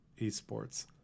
eSports